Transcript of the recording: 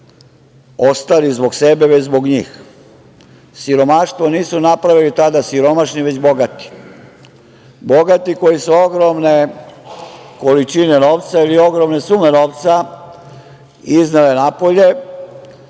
ostali zbog sebe, već zbog njih. Siromaštvo nisu napravili tada siromašni, već bogati koji su ogromne količine novca ili ogromne sume novca izneli napolje